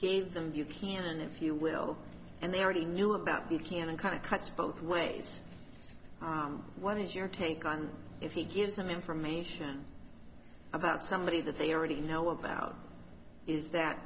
gave them buchanan if you will and they already knew about the canon kind of cuts both ways what is your take on if he gives them information about somebody that they already know about is that